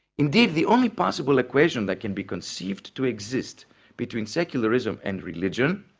indeed, the only possible equation that can be conceived to exist between secularism and religion,